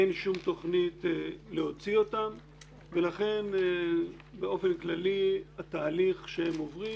אין שום תוכנית להוציא אותם ולכן באופן כללי התהליך שהם עוברים